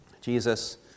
Jesus